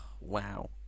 Wow